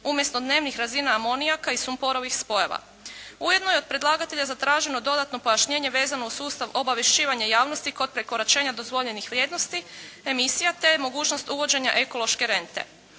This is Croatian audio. umjesto dnevnih razina amonijaka i sumporovih spojeva. Ujedno je od predlagatelja zatraženo dodatno pojašnjenje vezano uz sustav obavješćivanja javnosti kod prekoračenja dozvoljenih vrijednosti emisija te mogućnost uvođenja ekološke rente.